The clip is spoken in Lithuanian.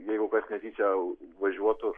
jeigu kas netyčia važiuotų